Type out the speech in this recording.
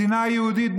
מדינה יהודית.